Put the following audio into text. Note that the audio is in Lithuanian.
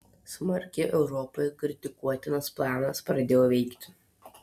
smarkiai europoje kritikuotinas planas pradėjo veikti